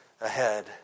ahead